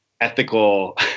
ethical